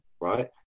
right